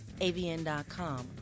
AVN.com